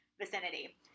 vicinity